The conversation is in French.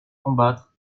combattre